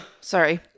Sorry